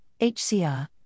HCR